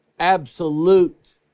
absolute